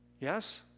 Yes